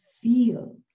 feel